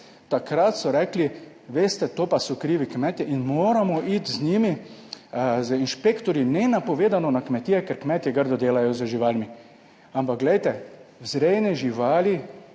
takrat so rekli, veste, to pa so krivi kmetje in moramo iti z njimi, z inšpektorji nenapovedano na kmetije, ker kmetje grdo delajo z živalmi. Ampak glejte, vzrejne živali